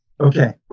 Okay